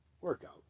workout